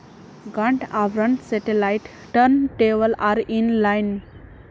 गांठ आवरण satellite turn table आर इन लाइन